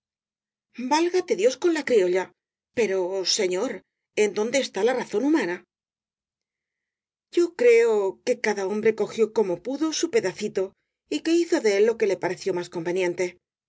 válgate dios con la criolla pero señor en dónde está la razón humana yo creo que cada hombre cogió como pudo su pedacito y que hizo de él lo que le pareció más conveniente